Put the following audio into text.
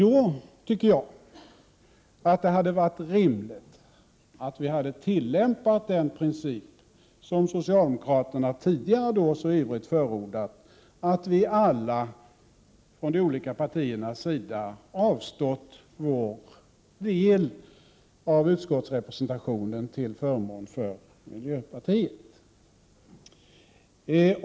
Då tycker jag att det hade varit rimligt att vi hade tillämpat den princip som socialdemokraterna tidigare så ivrigt förordat, att vi från alla de olika partiernas sida avstått del av utskottsrepresentationen till förmån för miljöpartiet.